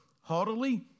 haughtily